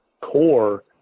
core –